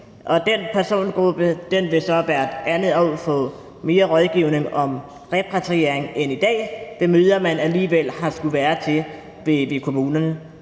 Den persongruppe vil så hvert andet år få mere rådgivning om repatriering end i dag ved møder, som man alligevel har skullet være til hos kommunerne,